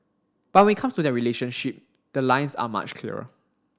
but when it comes to their relationship the lines are much clearer